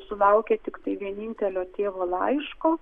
sulaukė tiktai vienintelio tėvo laiško